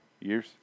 years